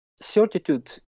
certitude